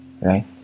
Right